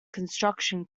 construction